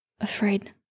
afraid